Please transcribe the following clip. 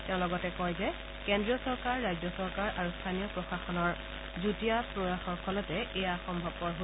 তেওঁ লগতে কয় যে কেন্দ্ৰীয় চৰকাৰ ৰাজ্য চৰকাৰ আৰু স্থানীয় প্ৰশাসনৰ যুটীয়া প্ৰয়াসৰ ফলতে এইটো সম্ভৱপৰ হৈছে